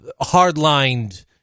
hard-lined